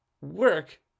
work